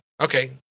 Okay